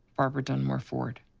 barbara dunmore-ford.